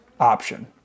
option